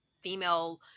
female